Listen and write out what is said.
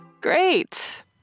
Great